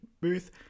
booth